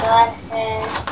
Godhead